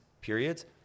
periods